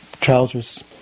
trousers